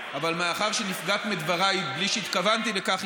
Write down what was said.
אבל מאחר שנפגעת מדבריי מבלי שהתכוונתי לכך,